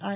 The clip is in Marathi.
आय